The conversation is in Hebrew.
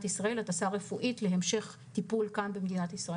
למדינת ישראל, להמשך טיפול כאן בארץ.